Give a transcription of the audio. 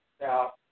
Now